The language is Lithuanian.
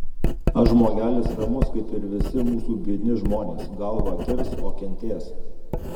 aš žmogelis ramus kaip ir visi mūsų biedni žmonės galvą kirs o kentės